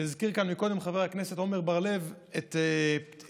הזכיר כאן חבר הכנסת עמר בר לב שאתמול